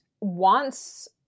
wants